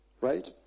Right